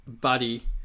Buddy